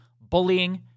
bullying